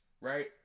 right